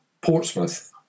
Portsmouth